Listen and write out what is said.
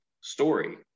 story